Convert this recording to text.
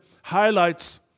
highlights